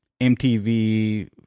MTV